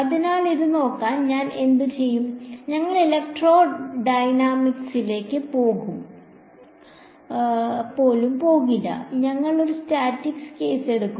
അതിനാൽ ഇത് നോക്കാൻ ഞാൻ എന്തുചെയ്യും ഞങ്ങൾ ഇലക്ട്രോഡൈനാമിക്സിലേക്ക് പോലും പോകില്ല ഞങ്ങൾ ഒരു സ്റ്റാറ്റിക് കേസ് എടുക്കും